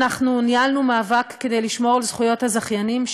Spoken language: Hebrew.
אנחנו ניהלנו מאבק כדי לשמור על זכויות הזכיינים,